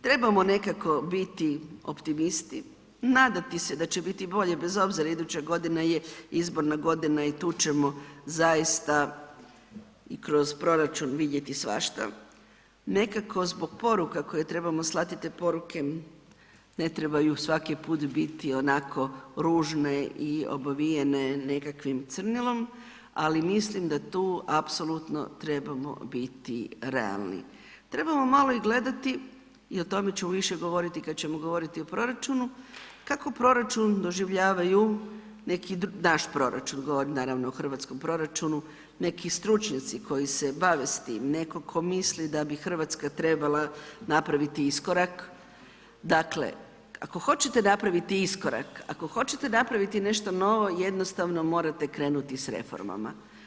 Trebamo nekako biti optimisti, nadati se da će biti bolje bez obzira iduća godina je izborna godina i tu ćemo zaista i kroz proračun vidjeti svašta, nekako zbog poruka koje trebamo slati, te poruke ne trebaju svaki put biti onako ružne i obavijene nekakvim crnilom, ali mislim da tu apsolutno trebamo biti realni, trebamo malo i gledati i o tome ću više govoriti kad ćemo govoriti o proračunu, kako proračun doživljavaju neki, naš proračun, govorim naravno o hrvatskom proračunu, neki stručnjaci koji se bave s tim, netko tko misli da bi RH trebala napraviti iskorak, dakle ako hoćete napraviti iskorak, ako hoćete napraviti nešto novo, jednostavno morate krenuti s reformama.